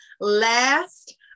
last